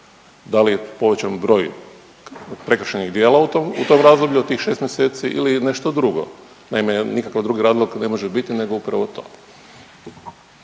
Da li je povećan broj prekršajnih djela u tom razdoblju od tih šest mjeseci ili je nešto drugo. Naime, nikakvi drugi razlog ne može biti nego upravo to.